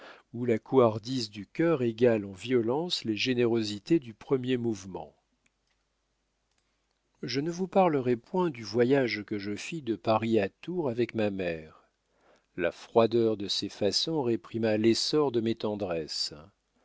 où la couardise du cœur égale en violence les générosités du premier mouvement je ne vous parlerai point du voyage que je fis de paris à tours avec ma mère la froideur de ses façons réprima l'essor de mes tendresses